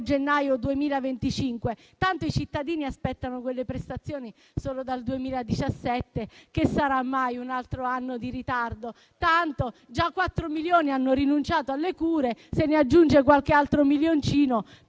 gennaio 2025. Tanto i cittadini aspettano quelle prestazioni solo dal 2017, quindi che sarà mai un altro anno di ritardo? Tanto già in 4 milioni hanno rinunciato alle cure; se ne aggiungiamo qualche altro milioncino